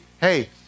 hey